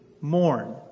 mourn